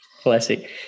classic